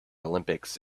olympics